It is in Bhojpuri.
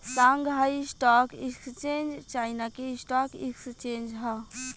शांगहाई स्टॉक एक्सचेंज चाइना के स्टॉक एक्सचेंज ह